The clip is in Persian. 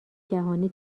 جهانی